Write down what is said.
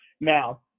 Now